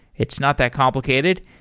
it's not that complicated,